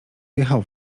wjechał